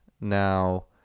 Now